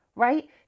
right